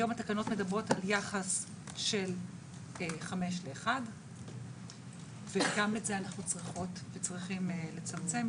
היום התקנו מדברות על יחס של 5:1 וגם את זה אנחנו צריכות וצריכים לצמצם.